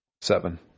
Seven